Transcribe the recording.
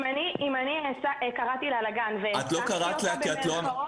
אם אני קראתי לה לגן "והעסקתי" אותה